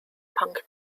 punk